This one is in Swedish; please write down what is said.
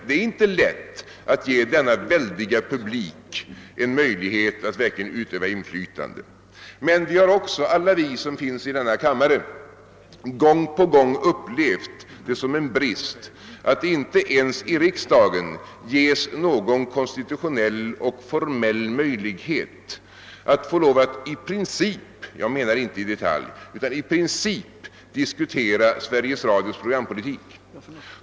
Det är inte lätt att ge denna väldiga publik en möjlighet att verkligen utöva inflytande. Men alla vi som finns här i denna kammare har också gång på gång upplevt det som en brist, att det inte ens i riksdagen ges någon konstitutionell och formell möjlighet att i princip — jag menar verkligen inte i detalj — diskutera Sveriges Radios programpolitik.